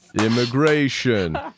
Immigration